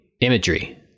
imagery